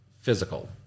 physical